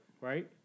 Right